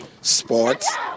Sports